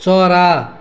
चरा